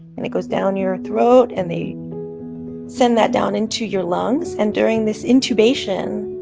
and it goes down your throat. and they send that down into your lungs. and during this intubation,